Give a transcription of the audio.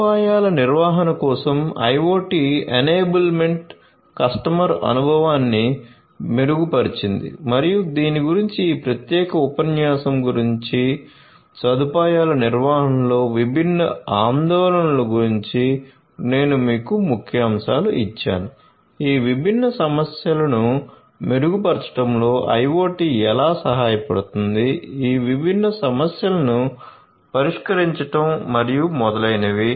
సదుపాయాల నిర్వహణ కోసం IoT ఎనేబుల్మెంట్ కస్టమర్ అనుభవాన్ని మెరుగుపరిచింది మరియు దీని గురించి ఈ ప్రత్యేక ఉపన్యాసం గురించి సదుపాయాల నిర్వహణలోని విభిన్న ఆందోళనల గురించి నేను మీకు ముఖ్యాంశాలు ఇచ్చాను ఈ విభిన్న సమస్యలను మెరుగుపరచడంలో IoT ఎలా సహాయపడుతుంది ఈ విభిన్న సమస్యలను పరిష్కరించడం మరియు మొదలైనవి